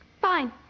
Fine